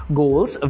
goals